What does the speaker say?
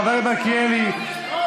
חבר הכנסת מלכיאלי,